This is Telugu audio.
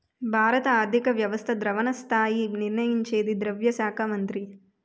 భారత ఆర్థిక వ్యవస్థ ద్రవణ స్థాయి నిర్ణయించేది ద్రవ్య శాఖ మంత్రి